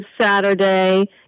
Saturday